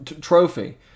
trophy